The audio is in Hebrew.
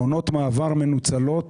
ועונות המעבר מנוצלות